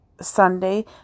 Sunday